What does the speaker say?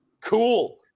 cool